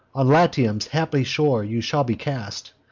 on latium's happy shore you shall be cast,